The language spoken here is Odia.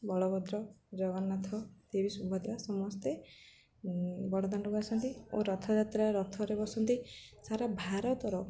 ବଳଭଦ୍ର ଜଗନ୍ନାଥ ଦେବୀ ସୁଭଦ୍ରା ସମସ୍ତେ ବଡ଼ଦାଣ୍ଡକୁ ଆସନ୍ତି ଓ ରଥଯାତ୍ରାରେ ରଥରେ ବସନ୍ତି ସାରା ଭାରତର